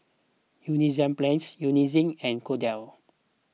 Enzyplex Eucerin and Kordel's